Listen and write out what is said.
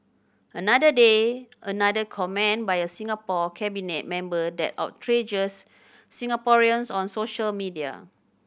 another day another comment by a Singapore cabinet member that outrages Singaporeans on social media